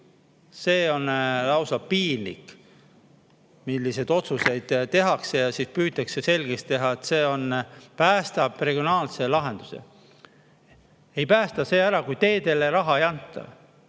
See on lausa piinlik, milliseid otsuseid tehakse, ja siis püütakse selgeks teha, et see päästab regionaalse lahenduse. Ei päästa see ära, kui teede ehituseks